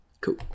Cool